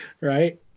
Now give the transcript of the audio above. Right